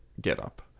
getup